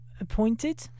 appointed